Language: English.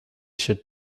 should